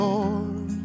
Lord